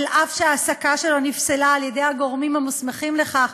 אף שההעסקה שלו נפסלה על-ידי הגורמים המוסמכים לכך,